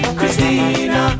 Christina